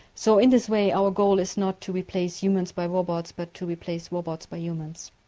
so in this way our goal is not to replace humans by robots but to replace robots by humans.